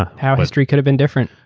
ah how history could have been different.